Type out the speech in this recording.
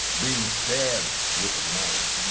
being stabbed with a knife.